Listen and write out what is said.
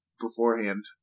beforehand